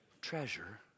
treasure